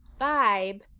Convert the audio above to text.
vibe